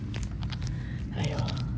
!aiyo!